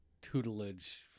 tutelage